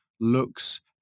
looks